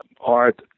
art